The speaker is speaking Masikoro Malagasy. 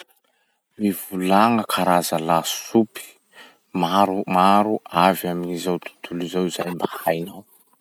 Mivolagna karaza lasopy maro maro avy amy zao tontolo zao zay mba hainao.